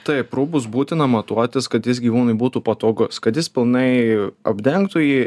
taip rūbus būtina matuotis kad jis gyvūnui būtų patogus kad jis pilnai apdengtų jį